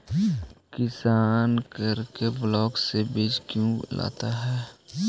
किसान करने ब्लाक से बीज क्यों लाता है?